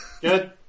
Good